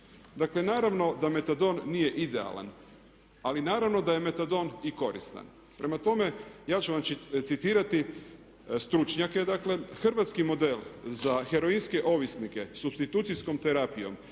Dakle, naravno da metadon nije idealan, ali naravno da je metadon i koristan. Prema tome, ja ću vam citirati stručnjake, dakle. Hrvatski model za heroinske ovisnike supstitucijskom terapijom